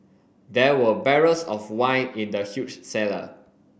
there were barrels of wine in the huge cellar